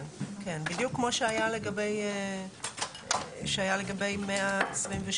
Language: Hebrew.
כן, בדיוק כמו שהיה לגבי 126(א).